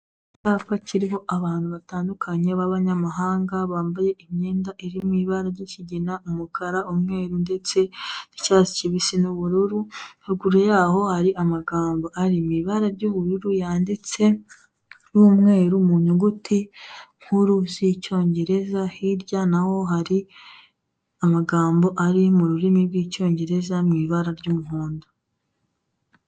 Icyapa cyiriho abantu batandukanye b'abanyamahanga bambaye imyenda iri mu ibara ry'ikigina, umukara, umweru ndetse n'icyatsi cyibisi n'ubururu. Haruguru yaho hari amagambo ari mu ibara ry'ubururu yanditse n'umweru mu nyuguti nkuru z'icyongereza, hirya na ho hari amagambo ari mu rurimi rw'icyongereza mu ibara ry'umuhondo.